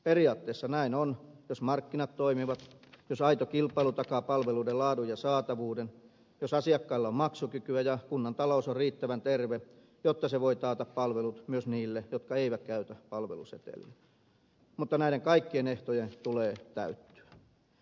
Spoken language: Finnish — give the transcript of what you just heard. periaatteessa näin on jos markkinat toimivat jos aito kilpailu takaa palveluiden laadun ja saatavuuden jos asiakkailla on maksukykyä ja kunnan talous on riittävän terve jotta se voi taata palvelut myös niille jotka eivät käytä palveluseteliä mutta näiden kaikkien ehtojen tulee täyttyä